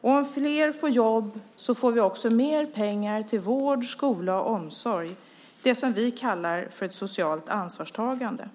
Och om flera får jobb får vi också mer pengar till vård, skola och omsorg, det som vi kallar för ett socialt ansvarstagande.